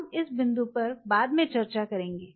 हम इस बिंदु पर बाद में चर्चा करेंगे